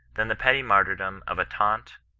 than the petty martyrdom of a taunt,